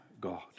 God